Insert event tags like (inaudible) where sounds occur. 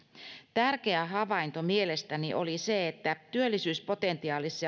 tärkeä havainto mielestäni oli se että työllisyyspotentiaalissa (unintelligible)